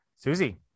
Susie